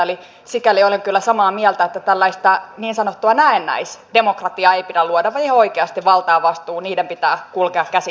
eli sikäli olen kyllä samaa mieltä että tällaista niin sanottua näennäisdemokratiaa ei pidä luoda vaan ihan oikeasti vallan ja vastuun pitää kulkea käsi kädessä